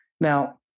Now